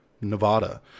Nevada